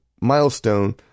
milestone